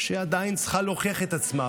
שעדיין צריכה להוכיח את עצמה,